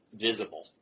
visible